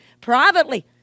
privately